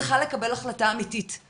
וצריכים לקבל החלטה אמיתית,